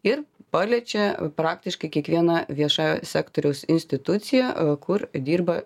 ir paliečia praktiškai kiekvieną viešojo sektoriaus instituciją kur dirba